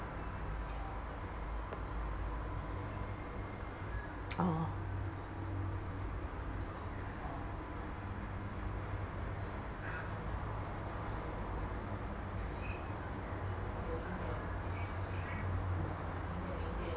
orh